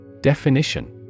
Definition